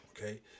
Okay